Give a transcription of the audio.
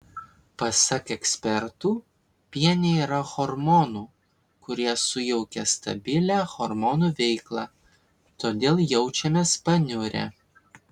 pasak ekspertų piene yra hormonų kurie sujaukia stabilią hormonų veiklą todėl jaučiamės paniurę